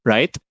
Right